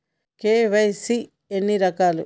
KYC ఎన్ని రకాలు?